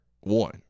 One